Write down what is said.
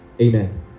Amen